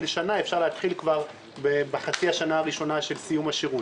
תקציב השיווק מבחינת משרד התיירות זו הפעילות העיקרית של המשרד.